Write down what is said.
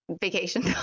vacation